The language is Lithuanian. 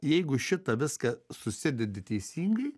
jeigu šitą viską susidedi teisingai